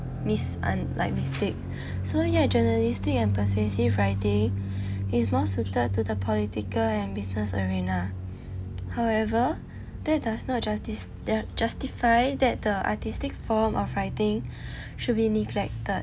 miss un~ like mistake so ya journalistic and persuasive writing is more suited to the political and business arena however that does not justi~ justify that the artistic form of writing should be neglected